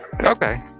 Okay